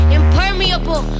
Impermeable